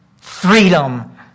freedom